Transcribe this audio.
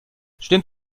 stimmt